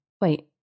Wait